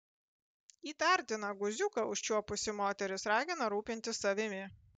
įtartiną guziuką užčiuopusi moteris ragina rūpintis savimi